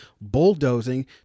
bulldozing